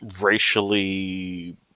racially